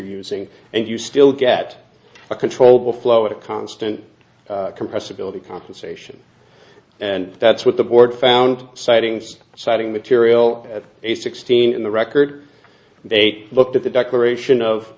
using and you still get a controllable flow at a constant compressibility compensation and that's what the board found sightings citing material at a sixteen in the record they looked at the declaration of